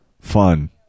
fun